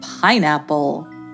Pineapple